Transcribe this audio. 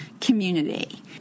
community